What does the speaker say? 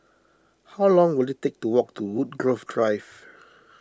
how long will it take to walk to Woodgrove Drive